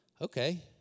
okay